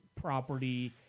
property